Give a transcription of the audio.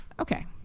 okay